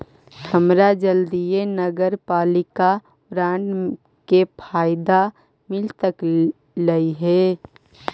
हमरा जल्दीए नगरपालिका बॉन्ड के फयदा मिल सकलई हे